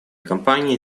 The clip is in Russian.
компании